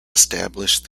established